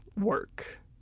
work